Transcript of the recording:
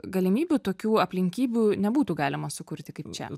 galimybių tokių aplinkybių nebūtų galima sukurti kaip čia